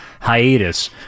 hiatus